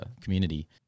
community